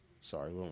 Sorry